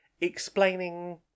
explaining